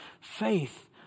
faith